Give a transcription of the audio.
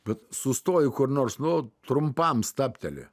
bet sustoji kur nors nu trumpam stabteli